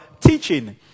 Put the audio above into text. teaching